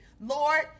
Lord